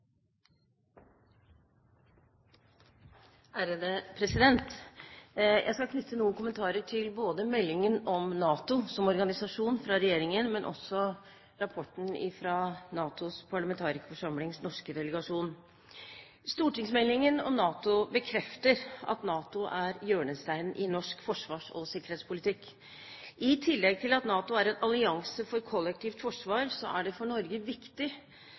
Jeg skal knytte noen kommentarer til både meldingen fra regjeringen om NATO som organisasjon og rapporten fra NATOs parlamentarikerforsamlings norske delegasjon. Stortingsmeldingen om NATO bekrefter at NATO er hjørnesteinen i norsk forsvars- og sikkerhetspolitikk. I tillegg til at NATO er en allianse for kollektivt forsvar, er det for Norge viktig